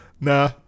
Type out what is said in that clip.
nah